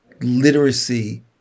literacy